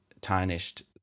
tarnished